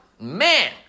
man